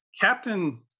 Captain